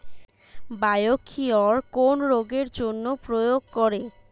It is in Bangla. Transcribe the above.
বায়োকিওর কোন রোগেরজন্য প্রয়োগ করে?